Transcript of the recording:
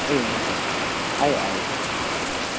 ए हुन्छ आएँ आएँ